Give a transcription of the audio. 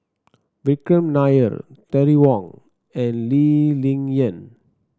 Vikram Nair Terry Wong and Lee Ling Yen